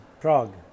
Prague